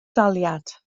daliad